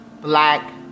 black